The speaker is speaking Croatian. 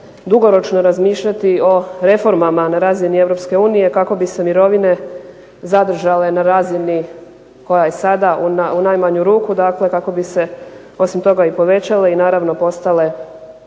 dugoročno razmišljati o reformama na razini EU kako bi se mirovine zadržale na razini koja je sada, u najmanju ruku dakle kako bi se osim toga i povećale i naravno postale